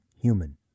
human